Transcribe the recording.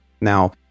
Now